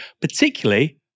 particularly